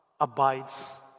abides